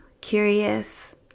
curious